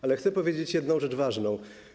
Ale chcę powiedzieć jedną rzecz ważną.